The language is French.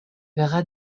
verra